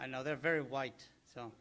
i know they're very white so